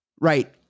Right